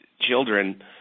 children